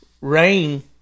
rain